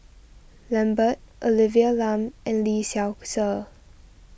Lambert Olivia Lum and Lee Seow Ser